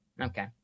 Okay